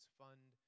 fund